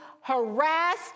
harassed